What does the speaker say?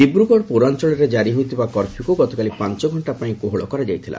ଦିବ୍ରଗଡ଼ ପୌରାଞ୍ଚଳରେ କାରି ହୋଇଥିବା କର୍ପ୍ୟୁକୁ ଗତକାଲି ପାଞ୍ଚଘଣ୍ଟା ପାଇଁ କୋହଳ କରାଯାଇଥିଲା